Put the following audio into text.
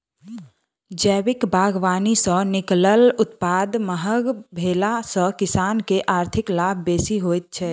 जैविक बागवानी सॅ निकलल उत्पाद महग भेला सॅ किसान के आर्थिक लाभ बेसी होइत छै